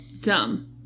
Dumb